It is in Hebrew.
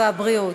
בלגן.